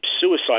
suicide